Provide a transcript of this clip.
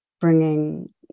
bringing